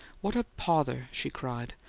what a pother! she cried.